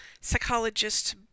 psychologist